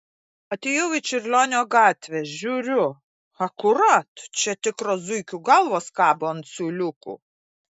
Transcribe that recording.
atėjau į čiurlionio gatvę žiūriu akurat čia tikros zuikių galvos kabo ant siūliukų